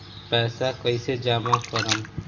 पैसा कईसे जामा करम?